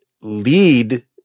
lead